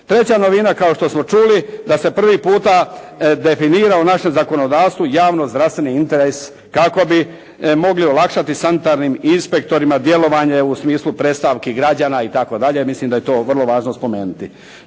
Treća novina kao što smo čuli da se prvi puta definira u našem zakonodavstvu javno zdravstveni interes kako bi mogli olakšati sanitarnim inspektorima djelovanja u smislu predstavki građana i tako dalje. Mislim da je to vrlo važno spomenuti.